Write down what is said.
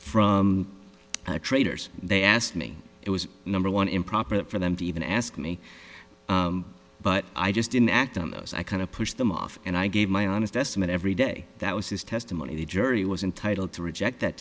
from traders they asked me it was number one improper for them to even ask me but i just didn't act on those i kind of pushed them off and i gave my honest estimate every day that was his testimony the jury was entitled to reject that